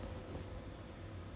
Missing okay okay okay